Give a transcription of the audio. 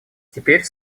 теперь